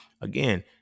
again